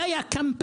זה היה הקמפיין,